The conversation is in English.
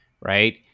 right